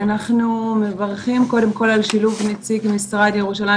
אנחנו מברכים על שילוב נציג משרד ירושלים